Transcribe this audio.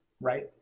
right